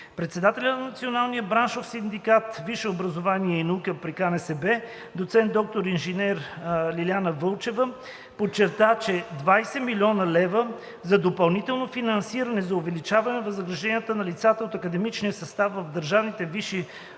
Председателят на Националния браншов синдикат „Висше образование и наука“ при КНСБ доцент доктор инженер Лиляна Вълчева подчерта, че 20 млн. лв. за допълнително финансиране за увеличение на възнагражденията на лицата от академичния състав в държавните висши